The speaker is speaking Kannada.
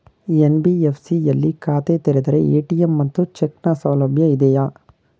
ಎನ್.ಬಿ.ಎಫ್.ಸಿ ಯಲ್ಲಿ ಖಾತೆ ತೆರೆದರೆ ಎ.ಟಿ.ಎಂ ಮತ್ತು ಚೆಕ್ ನ ಸೌಲಭ್ಯ ಇದೆಯಾ?